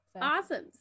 Awesome